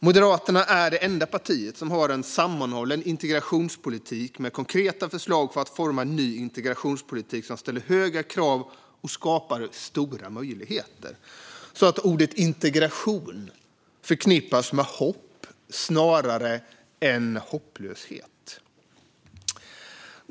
Moderaterna är det enda parti som har en sammanhållen integrationspolitik med konkreta förslag för att forma en ny integrationspolitik som ställer höga krav och skapar stora möjligheter, så att ordet integration förknippas med hopp snarare än hopplöshet.